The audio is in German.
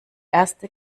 erste